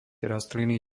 rastliny